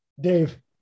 Dave